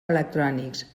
electrònics